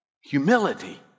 humility